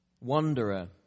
wanderer